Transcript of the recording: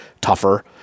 tougher